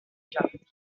quartier